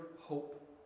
hope